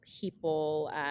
people